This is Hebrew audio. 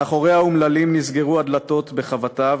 מאחורי האומללים נסגרו הדלתות בחבטה,